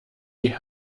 die